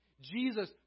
Jesus